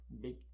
big